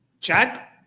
chat